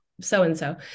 so-and-so